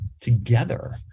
together